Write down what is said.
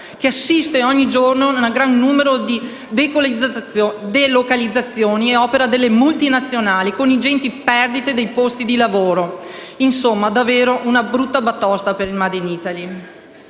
che assiste ogni giorno ad un gran numero di delocalizzazioni ad opera delle multinazionali con ingenti perdite dei posti di lavoro. Insomma davvero una brutta batosta per il *made in Italy*.